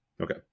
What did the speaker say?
Okay